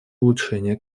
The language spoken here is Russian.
улучшения